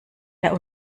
der